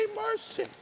mercy